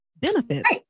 benefits